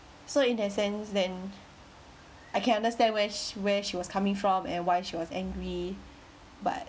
so in that sense then I can understand where's where she was coming from and why she was angry but